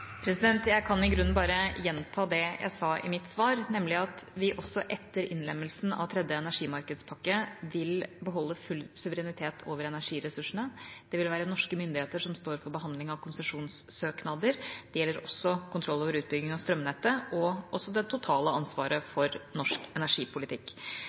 jeg sa i mitt svar, nemlig at vi også etter innlemmelsen av tredje energimarkedspakke vil beholde full suverenitet over energiressursene. Det vil være norske myndigheter som står for behandlingen av konsesjonssøknader. Det gjelder også kontroll over utbygging av strømnettet – og også det totale ansvaret